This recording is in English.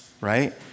right